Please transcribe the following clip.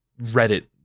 Reddit